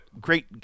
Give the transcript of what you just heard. great